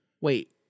wait